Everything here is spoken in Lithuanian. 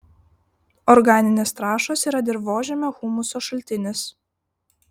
organinės trąšos yra dirvožemio humuso šaltinis